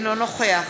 אינו נוכח